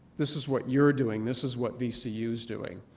this is what you're doing. this is what vcu is doing.